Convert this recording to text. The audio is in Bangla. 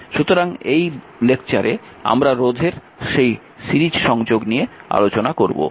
সুতরাং এই লেকচারে আমরা রোধের সেই সিরিজ সংযোগ নিয়ে আলোচনা করব